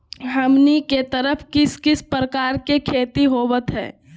हमनी के तरफ किस किस प्रकार के खेती होवत है?